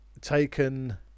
taken